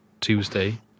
Tuesday